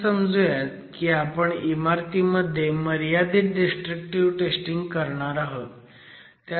असं समजुयात की आपण इमारतीमध्ये मर्यादित डिस्ट्रक्टिव्ह टेस्टिंग करणार आहोत